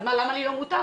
אז למה לו אסור?